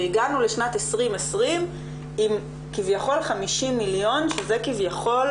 והגענו לשנת 2020 עם כביכול 50 מיליון שזה כביכול